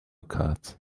carts